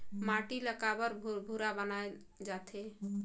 माटी ला काबर भुरभुरा बनाय जाथे?